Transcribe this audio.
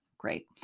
great